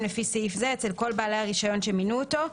לפי סעיף זה אצל כל בעלי הרישיון שמינו אותו.